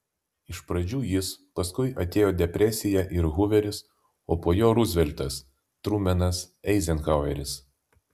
iš pradžių jis paskui atėjo depresija ir huveris o po jo ruzveltas trumenas eizenhaueris